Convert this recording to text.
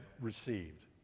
received